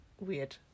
weird